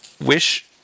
Wish